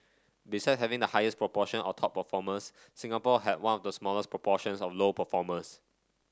besides having the highest proportion of top performers Singapore had one of the smallest proportions of low performers